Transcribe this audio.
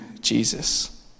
Jesus